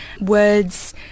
words